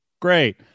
Great